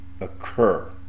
occur